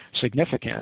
significant